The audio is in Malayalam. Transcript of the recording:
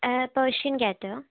ഏ പേർഷ്യൻ ക്യാറ്റാ